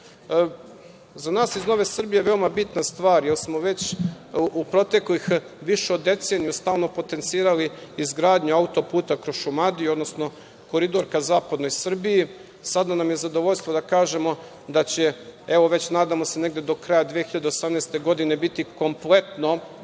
Za nas iz Nove Srbije je veoma bitna stvar, jer smo već u proteklih više od deceniju stalno potencirali izgradnju autoputa kroz Šumadiju, odnosno koridor ka zapadnoj Srbiji. Sada nam je zadovoljstvo da kažemo da će, evo već nadamo se, negde do kraja 2018. godine biti kompletno